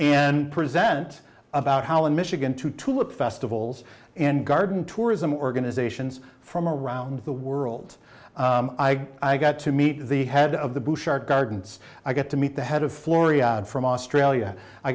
and present about how in michigan to to look festivals and garden tourism organizations from around the world i got to meet the head of the bouchard gardens i got to meet the head of floria from australia i